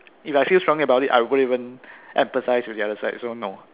if I feel strongly about it I won't even empathise with the other side so no